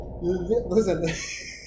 listen